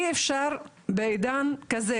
אי אפשר בעידן כזה,